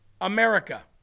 America